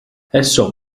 esso